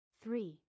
Three